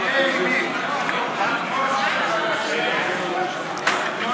להעביר לוועדה את הצעת חוק לעידוד השקעות הון (תיקון,